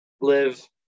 live